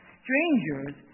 strangers